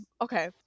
okay